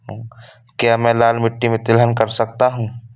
क्या मैं लाल मिट्टी में तिलहन कर सकता हूँ?